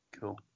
Cool